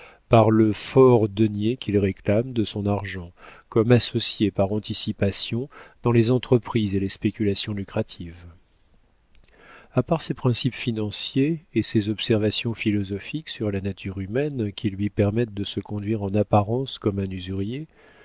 par le fort denier qu'il réclame de son argent comme associé par anticipation dans les entreprises et les spéculations lucratives a part ses principes financiers et ses observations philosophiques sur la nature humaine qui lui permettent de se conduire en apparence comme un usurier